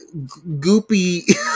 goopy